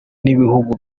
n’ibihugu